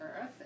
earth